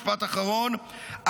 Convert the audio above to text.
משפט אחרון,